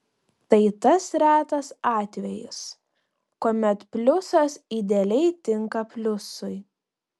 tai tas retas atvejis kuomet pliusas idealiai tinka pliusui